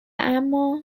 اما